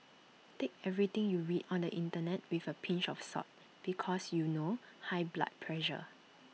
take everything you read on the Internet with A pinch of salt because you know high blood pressure